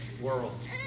world